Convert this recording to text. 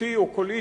חזותי או קולי.